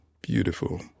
beautiful